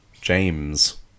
James